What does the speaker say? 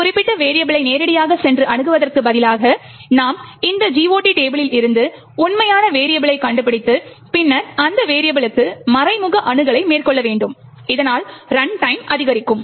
ஒரு குறிப்பிட்ட வெரியபிளை நேரடியாகச் சென்று அணுகுவதற்குப் பதிலாக இப்போது நாம் GOT டேபிளில் இருந்து உண்மையான வெரியபிளைக் கண்டுபிடித்து பின்னர் அந்த குறிப்பிட்ட வெரியபிளுக்கு மறைமுக அணுகலை மேற்கொள்ள வேண்டும் இதனால் ரன் டைம் அதிகரிக்கும்